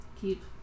Keep